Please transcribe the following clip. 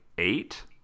eight